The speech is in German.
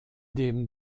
dem